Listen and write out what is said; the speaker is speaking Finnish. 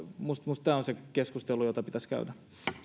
minusta tämä on se keskustelu jota pitäisi käydä